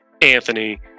Anthony